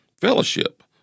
fellowship